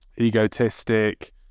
egotistic